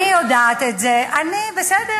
אני יודעת את זה, בלי בגין, אני, בסדר.